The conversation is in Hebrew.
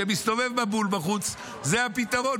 זה הפתרון.